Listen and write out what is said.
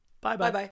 bye-bye